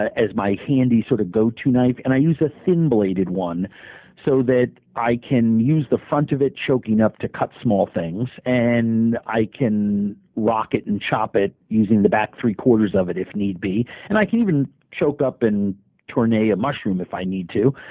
as my handy sort of go-to knife. and i use a thin-bladed one so i can use the front of it choking up to cut small things and i can rock it and chop it using the back three quarters of it if need be. and i can even choke up and tourne a ah mushroom if i need to.